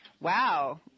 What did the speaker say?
Wow